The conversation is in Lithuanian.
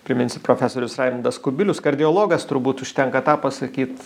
priminsiu profesorius raimundas kubilius kardiologas turbūt užtenka tą pasakyt